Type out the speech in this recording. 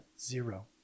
zero